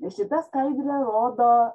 ir šita skaidrė rodo